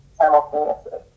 simultaneously